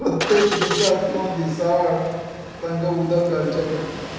प्रत्येक दिसाक किंवा दिसा आड तांकां उदक घालचें पडटा आनी